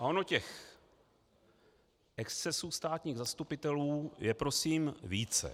Ono těch excesů státních zastupitelů je prosím více.